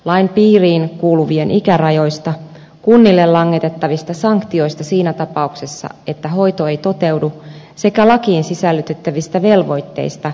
lain piiriin kuuluvien ikärajoista kunnille langetettavista sanktioista siinä tapauksessa että hoito ei toteudu sekä lakiin sisällytettävistä velvoitteista hoitohenkilökunnan määrästä